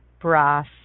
brass